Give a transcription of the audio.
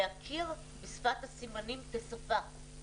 להכיר בשפת הסימנים כשפה.